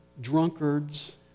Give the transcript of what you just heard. drunkards